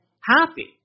happy